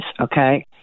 okay